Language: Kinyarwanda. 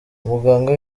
umuganga